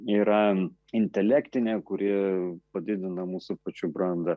yra intelektinė kuri padidina mūsų pačių brandą